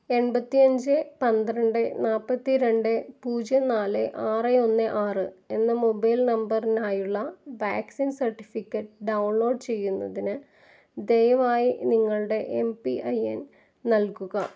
എൺപത്തിയഞ്ച് പന്ത്രണ്ട് നാൽപ്പത്തി രണ്ട് പൂജ്യം നാല് ആറ് ഒന്ന് ആറ് എന്ന മൊബൈൽ നമ്പറിനായുള്ള വാക്സിൻ സർട്ടിഫിക്കറ്റ് ഡൗൺലോഡ് ചെയ്യുന്നതിന് ദയവായി നിങ്ങളുടെ എം പി ഐ എൻ നൽകുക